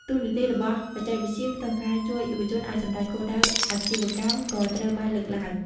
តួនាទីរបស់បច្ចេកវិទ្យា ក្នុងការជួយយុវជនឱ្យសម្រេចគោលដៅអាជីវកម្មក៏ត្រូវបានលើកឡើង។